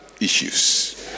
issues